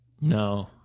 No